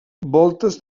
voltes